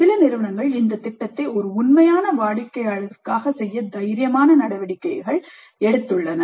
சில நிறுவனங்கள் இந்த திட்டத்தை ஒரு உண்மையான வாடிக்கையாளருக்காக செய்ய தைரியமான நடவடிக்கையை எடுத்துள்ளன